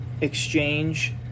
exchange